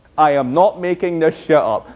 i am not making this shit up.